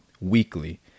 weekly